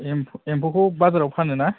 एम्फौखौ बाजाराव फानो ना